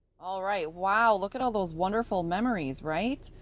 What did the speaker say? all right. wow! look at all those wonderful memories! right!